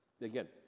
again